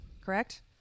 correct